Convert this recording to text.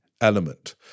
element